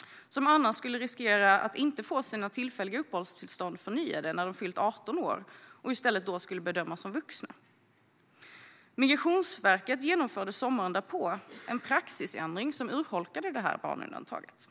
och som riskerade att inte få sina tillfälliga uppehållstillstånd förnyade när de fyllde 18 år utan bedömas som vuxna. Migrationsverket genomförde sommaren därpå en praxisändring som urholkade barnundantaget.